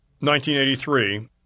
1983